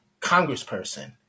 congressperson